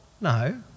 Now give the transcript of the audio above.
No